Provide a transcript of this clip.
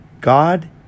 God